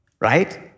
right